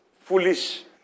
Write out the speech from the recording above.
foolish